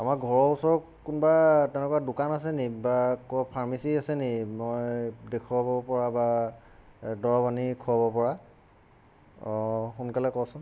আমাৰ ঘৰৰ ওচৰৰ কোনোবা তেনেকুৱা দোকান আছে নেকি বা ক'ৰ ফাৰ্মেচি আছে নেকি মই দেখুৱাব পৰা বা দৰৱ আনি খুৱাব পৰা অঁ সোনকালে কচোন